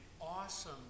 awesome